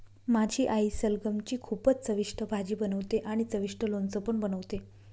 माझी आई सलगम ची खूपच चविष्ट भाजी बनवते आणि चविष्ट लोणचं पण बनवते